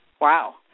wow